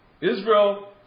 Israel